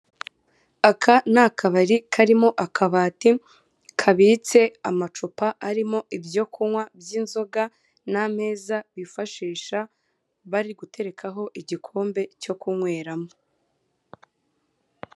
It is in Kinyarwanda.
Aka ni akabari karimo akabati kabitse amacupa arimo ibyo kunywa by'inzoga n'ameza bifashisha bari guterekaho igikombe cyo kunyweramo.